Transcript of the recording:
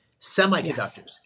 Semiconductors